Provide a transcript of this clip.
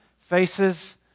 faces